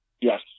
Yes